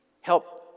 help